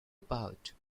about